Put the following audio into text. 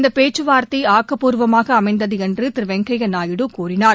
இந்த பேச்சுவார்த்தை ஆக்கப்பூர்வமாக அமைந்தது என்று திரு வெங்கையா நாயுடு கூறினா